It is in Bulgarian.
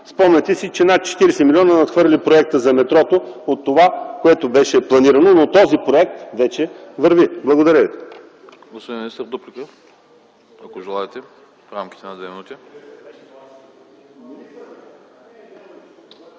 спомняте си, че над 40 милиона надхвърли проекта за метрото от това, което беше планирано, но този проект вече върви. Благодаря ви.